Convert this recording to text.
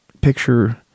Picture